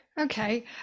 Okay